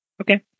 Okay